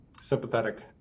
sympathetic